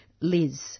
Liz